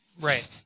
Right